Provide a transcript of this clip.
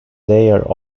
their